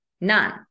none